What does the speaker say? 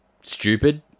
stupid